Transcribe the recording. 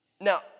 Now